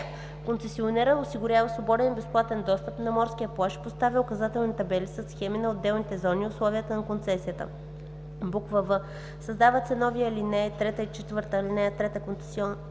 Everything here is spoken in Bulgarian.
Концесионерът осигурява свободен и безплатен достъп на морския плаж и поставя указателни табели със схеми на отделните зони и условията на концесията.“; в) създават се нови алинеи 3 и 4: “(3) Концесионерът